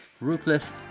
Ruthless